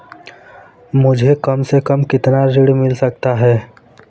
मुझे कम से कम कितना ऋण मिल सकता है?